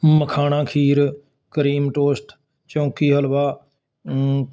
ਮਖਾਣਾ kheer cream toast ਚੌਂਕੀ ਹਲਵਾ